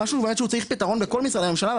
זה משהו שהוא באמת צריך פתרון בכל משרדי הממשלה.